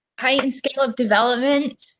height and scale of development,